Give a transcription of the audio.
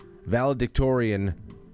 Valedictorian